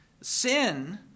sin